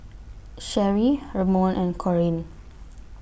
Cherrie Ramon and Corene